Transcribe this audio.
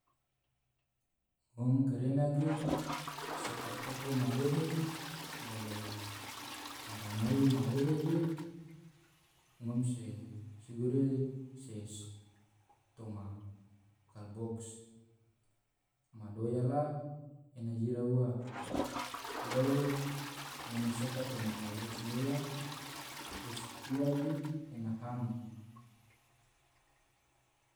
ngom kare na ge soka toko marehe bolo ngaramoi ma rehe ge. ngom segure se es toma kalbox madoya la ena jira ua bolo ngone soka toma kolbox madoya es ua ge ena ham.